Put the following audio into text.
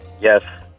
Yes